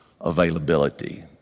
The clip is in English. availability